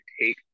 take